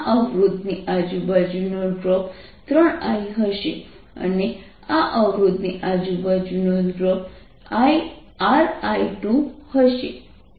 આ અવરોધ ની આજુબાજુનો ડ્રોપ 3I હશે અને આ અવરોધ ની આજુબાજુનો ડ્રોપ RI2 હશે